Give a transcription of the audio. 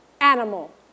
animal